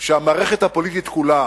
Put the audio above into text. שהמערכת הפוליטית כולה